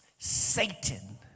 Satan